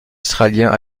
israélien